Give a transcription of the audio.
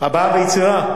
הבעה ויצירה.